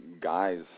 guys